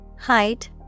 height